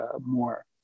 more